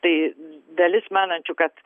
tai dalis manančių kad